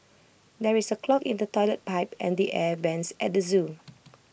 there is A clog in the Toilet Pipe and the air Vents at the Zoo